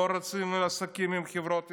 לא רוצים עסקים עם חברות ישראליות.